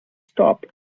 stop